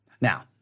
Now